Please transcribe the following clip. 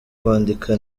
kwandika